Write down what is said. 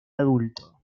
adulto